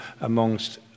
amongst